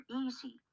easy